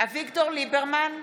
אביגדור ליברמן,